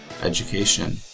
education